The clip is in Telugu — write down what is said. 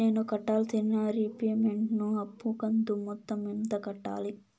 నేను కట్టాల్సిన రీపేమెంట్ ను అప్పు కంతు మొత్తం ఎంత కట్టాలి?